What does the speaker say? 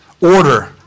order